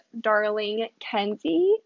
darlingkenzie